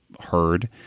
heard